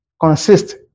consist